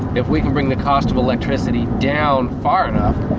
if we can bring the cost of electricity down far enough,